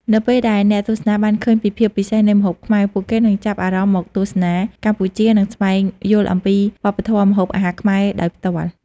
នៅពេលដែលអ្នកទស្សនាបានឃើញពីភាពពិសេសនៃម្ហូបខ្មែរ ពួកគេនឹងចាប់អារម្មណ៍មកទស្សនាកម្ពុជា និងស្វែងយល់អំពីវប្បធម៌ម្ហូបអាហារខ្មែរដោយផ្ទាល់។